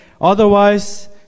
Otherwise